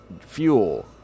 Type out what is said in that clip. fuel